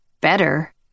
Better